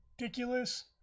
ridiculous